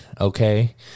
Okay